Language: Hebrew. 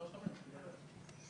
הסיפור של שרון מוכר לנו כבר כמה שנים.